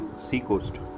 seacoast